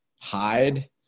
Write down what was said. hide